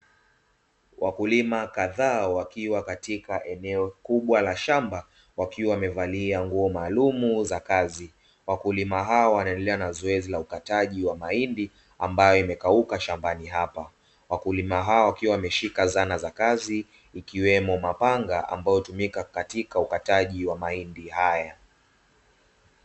Wakulima kadhaa wakiwa katika eneo kubwa la shamba wakiwa wamevalia nguo maalumu za kazi wakulima hao wanaendelea na zoezi la ukataji wa mahindi ambayo imekauka shambani hapa, kwa kulima hao wakiwa wameshika zana za kazi ikiwemo mapanga ambayo hutumika katika ukataji wa mahindi haya